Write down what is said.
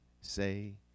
say